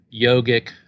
yogic